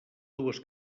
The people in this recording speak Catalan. dues